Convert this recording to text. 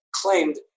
claimed